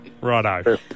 Righto